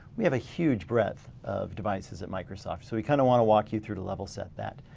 we have a huge breadth of devices at microsoft so we kind of want to walk you through to level set that.